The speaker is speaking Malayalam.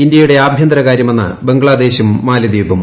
ഇന്ത്യയുടെ ആഭ്യന്തരകാര്യമെന്ന് ബംഗ്ലാദേശും മാലിദ്വീപും